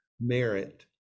merit